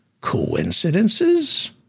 Coincidences